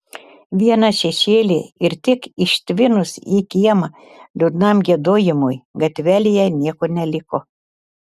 vieną šešėlį ir tik ištvinus į kiemą liūdnam giedojimui gatvelėje nieko neliko